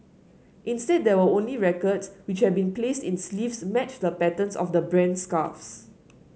instead there were only record which have been placed in sleeves matched the patterns of the brand's scarves